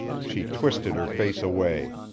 she twisted her face away.